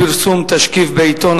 פרסום תשקיף בעיתון),